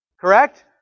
Correct